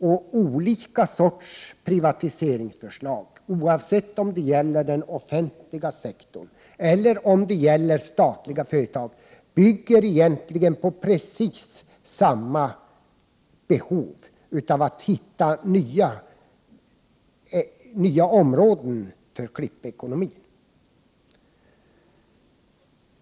Olika sorters privatiseringsförslag, oavsett om de gäller den offentliga sektorn eller om de gäller statliga företag, bygger egentligen på precis samma behov av att hitta nya områden för klippekonomin.